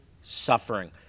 suffering